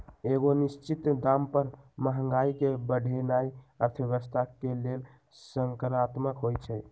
एगो निश्चित दाम पर महंगाई के बढ़ेनाइ अर्थव्यवस्था के लेल सकारात्मक होइ छइ